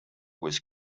was